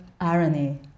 irony